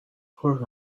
horror